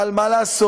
אבל מה לעשות,